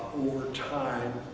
time,